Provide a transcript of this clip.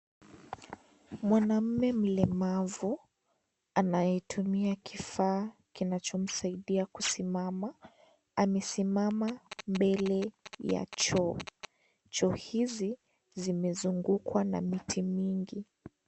Mwanamme mlemavu anayetumia kifaa kinachomsaidia kusimama amesimama mbele ya choo. Choo hizi zimezungukwa na miti mingi.